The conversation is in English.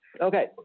Okay